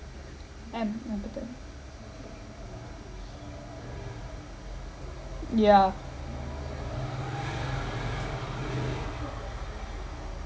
emp~ empathetic yeah